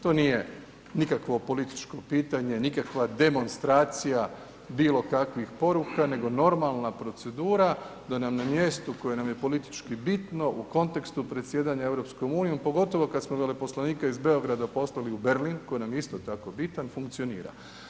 To nije nikakvo političko pitanje, nikakva demonstracija bilo kakvih poruka nego normalna procedura da nam na mjestu koje nam je politički bitno u kontekstu predsjedanja EU pogotovo kad smo veleposlanika iz Beograda poslali u Berlin koji nam je isto tako bitan, funkcionira.